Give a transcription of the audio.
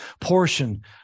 portion